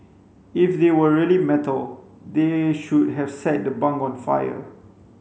if they were really metal they should have set the bunk on fire